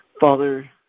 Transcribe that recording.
Father